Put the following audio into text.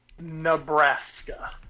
Nebraska